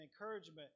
encouragement